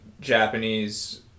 Japanese